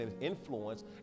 influence